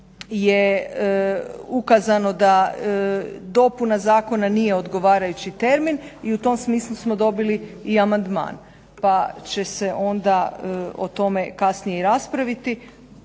je ukazano da dopuna zakona nije odgovarajući termin i u tom smislu smo dobili i amandman, pa će se onda o tome kasnije i raspraviti.